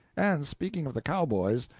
and speaking of the cowboys,